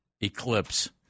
eclipse